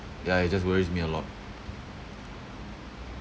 ya it just worries me a lot